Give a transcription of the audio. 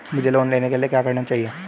मुझे लोन लेने के लिए क्या चाहिए?